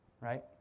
Right